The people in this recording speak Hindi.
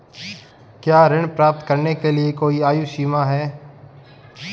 क्या ऋण प्राप्त करने के लिए कोई आयु सीमा है?